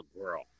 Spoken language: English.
girl